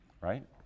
right